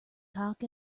cock